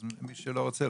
אז מי שלא רוצה,